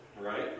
right